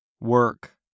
Work